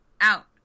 out